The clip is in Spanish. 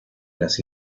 las